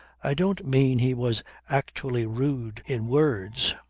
i don't mean he was actually rude in words.